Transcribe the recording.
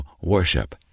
Worship